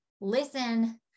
listen